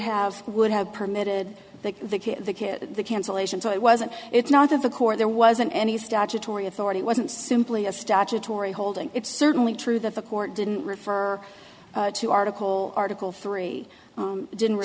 have would have permitted the kid the kid the cancelation so it wasn't it's not the court there wasn't any statutory authority it wasn't simply a statutory holding it's certainly true that the court didn't refer to article article three didn't we